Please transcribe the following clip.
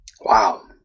Wow